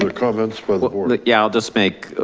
and comments for the board? yeah, i'll just make